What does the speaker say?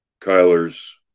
Kyler's